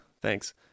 Thanks